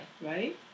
right